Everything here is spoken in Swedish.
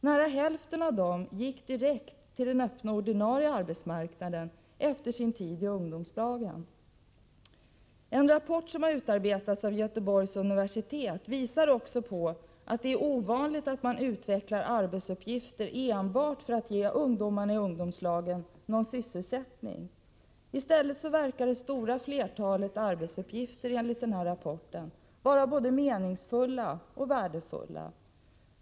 Nära hälften av dessa gick efter sin tid i ungdomslagen direkt till den öppna, ordinarie arbetsmarknaden. En rapport som utarbetats av Göteborgs universitet visar också att det är ovanligt att man utvecklar arbetsuppgifter enbart för att ge ungdomar i ungdomslagen någon sysselsättning. I stället verkar det stora flertalet arbetsuppgifter enligt denna rapport vara både meningsfulla och värdefulla.